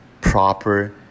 proper